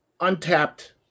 untapped